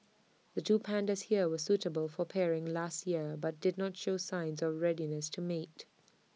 the two pandas here were suitable for pairing last year but did not show signs of readiness to mate